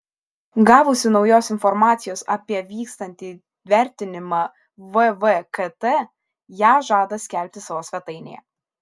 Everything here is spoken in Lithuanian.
gavusi naujos informacijos apie vykstantį vertinimą vvkt ją žada skelbti savo svetainėje